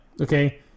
okay